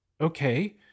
okay